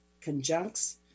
conjuncts